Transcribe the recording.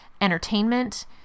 Entertainment